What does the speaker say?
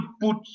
put